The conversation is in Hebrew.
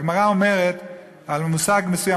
הגמרא אומרת על מושג מסוים,